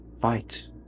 fight